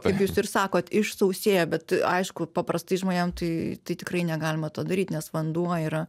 kaip jūs ir sakot išsausėję bet aišku paprastai žmonėm tai tai tikrai negalima to daryt nes vanduo yra